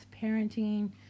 parenting